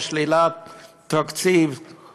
או שלילת תקציב,